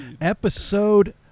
Episode